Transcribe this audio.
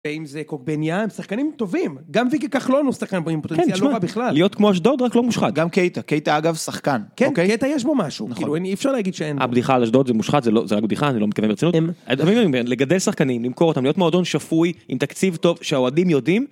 אם זה קוגבנייה, שחקנים טובים, גם ויקי כחלון הוא שחקן פה עם פוטנציאל לא רע בכלל. להיות כמו אשדוד רק לא מושחת. גם קייטה, קייטה אגב שחקן. כן קייטה יש בו משהו, כאילו אי אפשר להגיד שאין... הבדיחה על אשדוד זה מושחת זה לא... זה רק בדיחה אני לא מתכוון ברצינות. לגדל שחקנים למכור אותם להיות מועדון שפוי עם תקציב טוב שהאוהדים יודעים